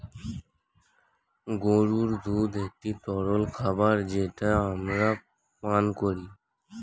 গরুর দুধ একটি তরল খাবার যেটা আমরা পান করি